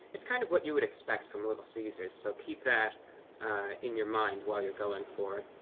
it's kind of what you would expect from little caesars. so keep that in your mind while you're going forward.